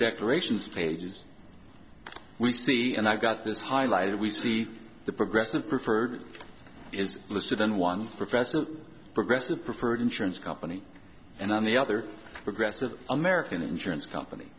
declarations pages we see and i got this highlighted we see the progressive preferred is listed on one professor progressive preferred insurance company and on the other progressive american insurance company